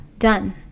done